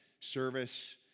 service